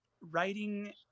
Writing